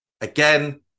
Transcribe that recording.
Again